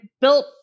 built